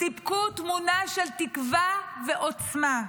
סיפקו תמונה של תקווה ועוצמה.